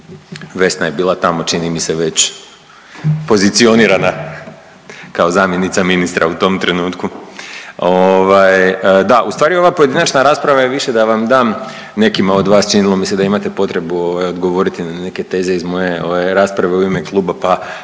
Vesna je bila tamo čini mi se već pozicionirana kao zamjenica ministra u tom trenutku. Ovaj da ustvari ova pojedinačna rasprava je više da vam dam nekima od vas činilo mi se da imate potrebu ovaj odgovoriti na neke teze iz moje ove rasprave u ime kluba pa